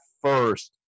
first